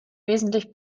wesentlich